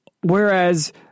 Whereas